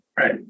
right